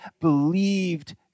believed